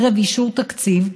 ערב אישור תקציב,